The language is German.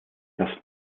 das